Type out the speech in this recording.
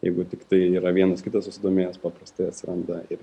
jeigu tiktai yra vienas kitas susidomėjęs paprastai atsiranda ir